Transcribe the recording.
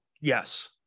yes